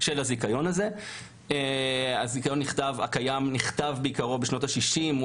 הזיכיון הקיים נכתב בשנות ה-60 של המאה הקודמת,